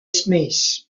smith